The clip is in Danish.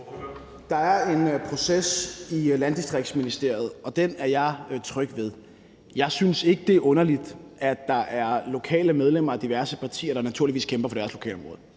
Der er en proces i ministeriet for landdistrikter, og den er jeg tryg ved. Jeg synes ikke, det er underligt, at der er lokale medlemmer af diverse partier, der naturligvis kæmper for deres lokalområde.